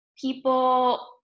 people